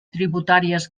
tributàries